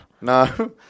No